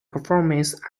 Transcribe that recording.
performance